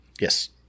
Yes